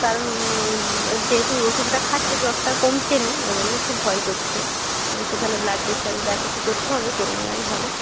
কারণ যেহেতু ওষুধটা খাচ্ছে জ্বরটা কমছে নি ওই জন্য একটু ভয় করছে একটু তাহলে ব্লাড টেস্ট আরে যা কিছু করতে হবে করে নেয়াই ভালো